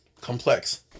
complex